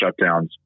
shutdowns